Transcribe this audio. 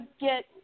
get